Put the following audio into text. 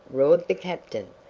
roared the captain,